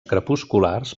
crepusculars